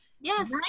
Yes